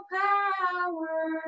power